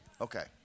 Okay